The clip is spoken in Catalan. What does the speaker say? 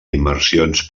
immersions